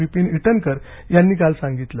विपिन ईटनकर यांनी काल सांगितलं